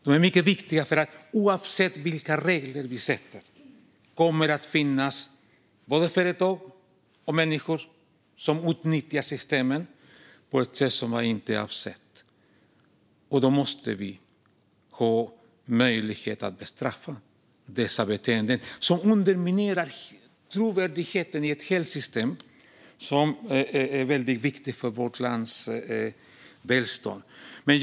De är mycket viktiga, för oavsett vilka regler vi har kommer det att finnas företag och människor som utnyttjar systemen på ett sätt som inte är avsett. Då måste vi ha möjlighet att bestraffa dessa beteenden, som underminerar trovärdigheten i ett system som är väldigt viktigt för vårt lands välstånd. Fru talman!